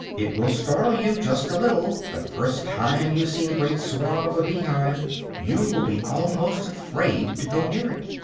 it will startle you just a little, the first time you see the great swarm of a bee-hive. you will be almost afraid to go near it.